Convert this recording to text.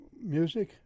music